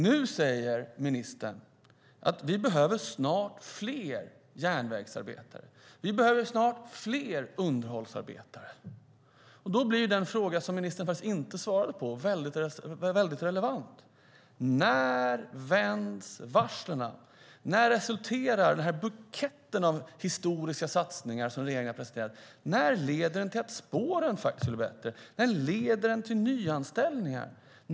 Nu säger ministern att vi snart behöver fler järnvägsarbetare, att vi snart behöver fler underhållsarbetare. Då blir det som ministern inte svarade på väldigt relevant, nämligen: När vänder varslen? När leder buketten av historiska satsningar som regeringen har presenterat till att spåren blir bättre? När leder den till nyanställningar?